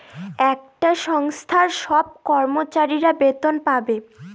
একটা সংস্থার সব কর্মচারীরা বেতন পাবে